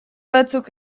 batzuk